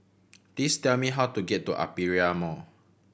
please tell me how to get to Aperia Mall